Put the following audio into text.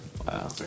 Wow